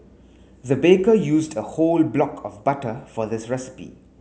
the baker used a whole block of butter for this recipe